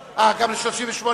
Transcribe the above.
36,